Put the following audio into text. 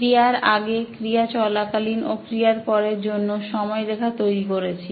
ক্রিয়ার আগে ক্রিয়া চলাকালীন ও ক্রিয়ার পরের জন্য সময়রেখা তৈরি করেছি